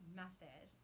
method